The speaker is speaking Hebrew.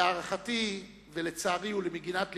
להערכתי, לצערי ולמגינת לבי,